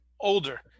older